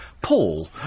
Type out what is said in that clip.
Paul